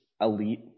elite